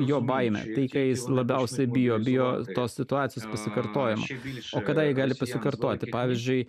jo baimė tai ką jis labiausiai bijo tos situacijos pasikartojimoo kada ji gali pasikartoti pavyzdžiui